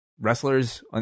wrestlers